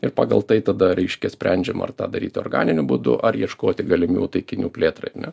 ir pagal tai tada reiškia sprendžiama ar tą daryt organiniu būdu ar ieškoti galimybių taikinių plėtrai ar ne